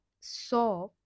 saw